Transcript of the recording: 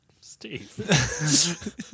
Steve